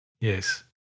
Yes